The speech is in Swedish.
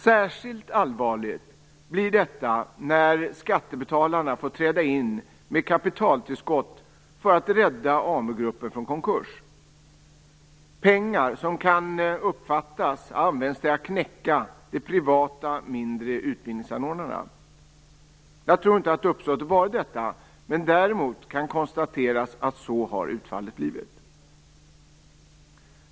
Särskilt allvarligt blir detta när skattebetalarna får träda in med kapitaltillskott för att rädda AmuGruppen från konkurs, pengar som kan uppfattas ha använts till att knäcka de privata mindre utbildningsanordnarna. Jag tror inte att uppsåtet har varit detta, men däremot kan man konstatera att utfallet har blivit så.